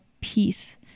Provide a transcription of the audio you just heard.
peace